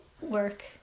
work